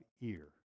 ear